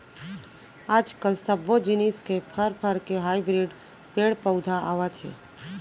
आजकाल सब्बो जिनिस के फर, फर के हाइब्रिड पेड़ पउधा आवत हे